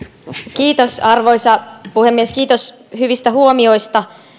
kiitos arvoisa puhemies kiitos hyvistä huomioista